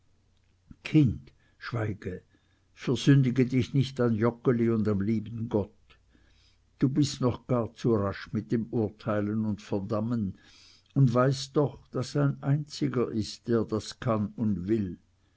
kind schweige versündige dich nicht an joggeli und am lieben gott du bist noch gar zu rasch mit dem urteilen und verdammen und weißt doch daß ein einziger ist der das kann und will